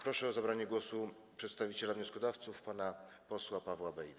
Proszę o zabranie głosu przedstawiciela wnioskodawców pana posła Pawła Bejdę.